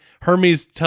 Hermes